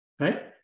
right